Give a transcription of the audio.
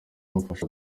imufasha